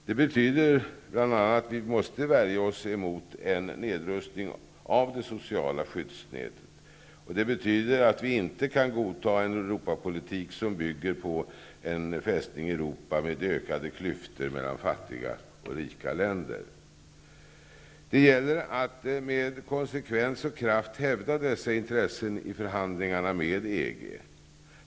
Det betyder bl.a. att vi måste värja oss mot en nedrustning av det sociala skyddsnätet. Det betyder att vi inte kan godta en Europapolitik som bygger på en fästning i Europa med ökade klyftor mellan fattiga och rika länder. Det gäller att med konsekvens och kraft hävda dessa intressen i förhandlingarna med EG.